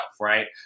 right